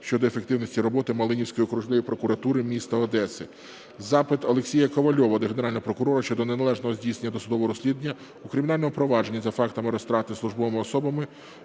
щодо ефективності роботи Малиновської окружної прокуратури міста Одеси. Запит Олексія Ковальова до Генерального прокурора щодо неналежного здійснення досудового розслідування у кримінальному провадженні за фактами розтрати службовими особами